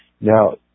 Now